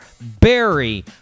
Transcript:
barry